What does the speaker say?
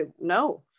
No